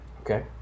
Okay